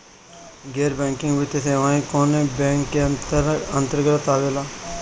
गैर बैंकिंग वित्तीय सेवाएं कोने बैंक के अन्तरगत आवेअला?